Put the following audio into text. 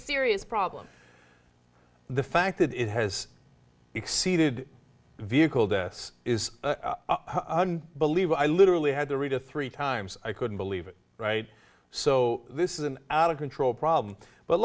serious problem the fact that it has exceeded vehicle this is believe i literally had to read it three times i couldn't believe it right so this is an out of control